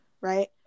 right